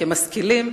כמשכילים,